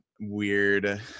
weird